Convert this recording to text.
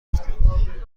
رفتم